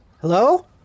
Hello